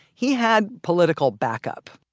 he had political back-up